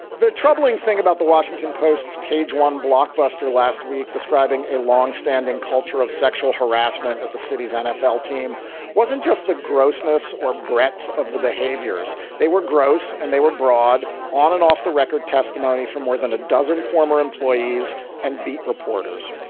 the troubling thing about the washington post's page one blockbuster last week describing a longstanding culture of sexual harassment at the city's nfl team wasn't just the grossness or breadth of the behaviors. they were gross and they were broad on and off the record testimony for more than a dozen former employees and beat reporters.